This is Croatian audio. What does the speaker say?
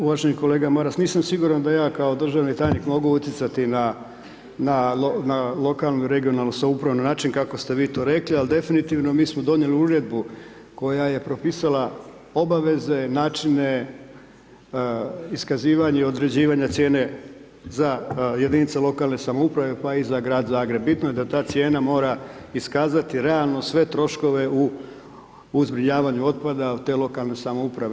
Uvaženi kolega Maras, nisam siguran da ja kao državni tajnik mogu utjecati na lokalnu i regionalnu samoupravu na način kako ste vi to rekli ali definitivno mi smo donijeli uredbu koja je propisala obaveze, načine, iskazivanja određivanja cijene za jedinice lokalne samouprave pa i za grad Zagreb, bitno je da ta cijena mora iskazati realno sve troškove u zbrinjavanju otpada te lokalne samouprave.